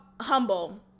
humble